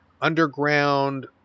underground